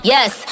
Yes